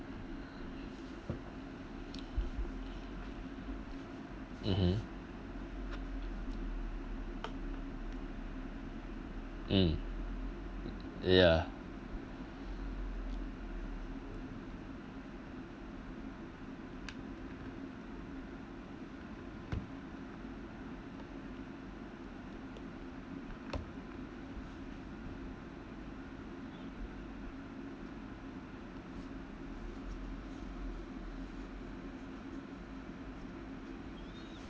mmhmm mm ya